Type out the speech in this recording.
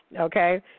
okay